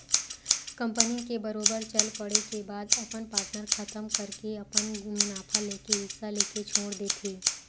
company के बरोबर चल पड़े के बाद अपन पार्टनर खतम करके अपन मुनाफा लेके हिस्सा लेके छोड़ देथे